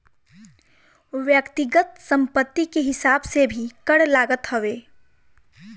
व्यक्तिगत संपत्ति के हिसाब से भी कर लागत हवे